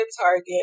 Target